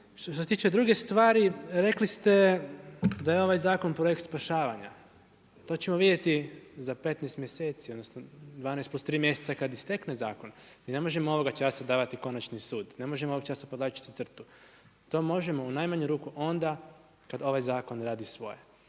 Što se tiče druge stvari, rekli ste da je ovaj zakon projekt spašavanja. To ćemo vidjeti za 15 mjeseci, odnosno 12 plus tri mjeseca kad istekne zakon, mi ne možemo ovog časa davati konačni sud, ne možemo uopće podvlačiti crtu. To možemo u najmanju ruku onda kad ovaj zakon radi svoje.